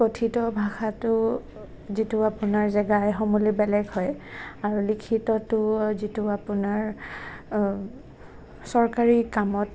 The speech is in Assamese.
কথিত ভাষাটো যিটো আপোনাৰ জেগাৰে সমূলি বেলেগ হয় আৰু লিখিতটো যিটো আপোনাৰ চৰকাৰী কামত